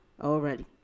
already